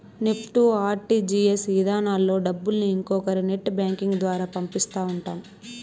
NEFT, RTGS ఇధానాల్లో డబ్బుల్ని ఇంకొకరి నెట్ బ్యాంకింగ్ ద్వారా పంపిస్తా ఉంటాం